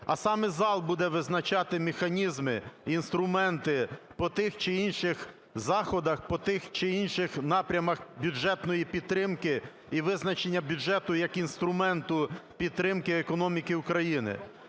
а саме зал буде визначати механізми і інструменти по тих чи інших заходах, по тих чи інших напрямах бюджетної підтримки і визначення бюджету як інструменту підтримки економіки України.